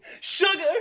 Sugar